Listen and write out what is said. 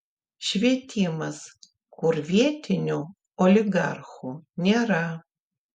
švietimas kur vietinių oligarchų nėra